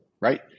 right